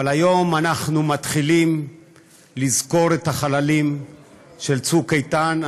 היום אנחנו מתחילים לזכור את החללים של צוק איתן.